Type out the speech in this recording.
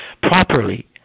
properly